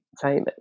famous